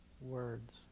words